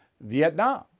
Vietnam